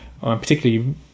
particularly